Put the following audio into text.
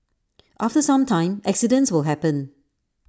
after some time accidents will happen